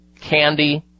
candy